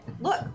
Look